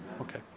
Okay